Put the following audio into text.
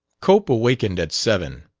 cope awakened at seven.